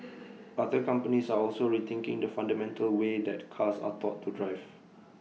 other companies are also rethinking the fundamental way that cars are taught to drive